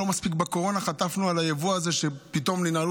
לא מספיק בקורונה חטפנו על היבוא הזה שפתאום ננעל,